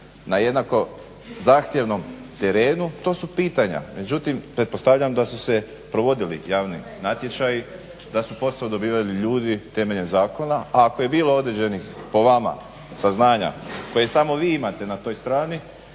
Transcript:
na jednako zahtjevnom terenu? To su pitanja, međutim pretpostavljam da su se provodili javni natječaji, da su posao dobivali ljudi temeljem zakona, a ako je bilo određenih po vama saznanja koje samo vi imate na toj strani